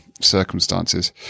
circumstances